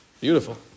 Beautiful